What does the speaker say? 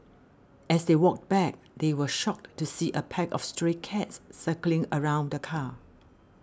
as they walked back they were shocked to see a pack of stray dogs circling around the car